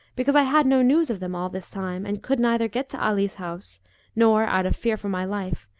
because i had no news of them all this time and could neither get to ali's house nor, out of fear for my life,